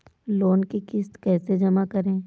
Loan की किश्त कैसे जमा करें?